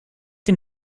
den